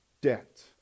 debt